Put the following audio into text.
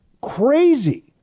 crazy